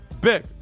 Big